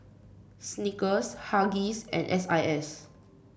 Snickers Huggies and S I S